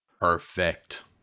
Perfect